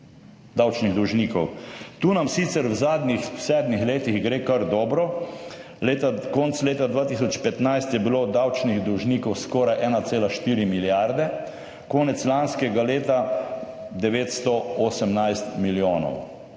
Davčnih dolžnikov. Tu nam sicer v zadnjih sedmih letih gre kar dobro. Konec leta 2015 je bilo davčnih dolžnikov skoraj 1,4 milijarde, konec lanskega leta 918 milijonov.